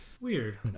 weird